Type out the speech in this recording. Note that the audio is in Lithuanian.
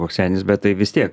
koks senis bet tai vis tiek